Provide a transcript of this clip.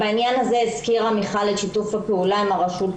בעניין הזה הזכירה מיכל את שיתוף הפעולה עם הרשות